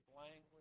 language